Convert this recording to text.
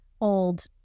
old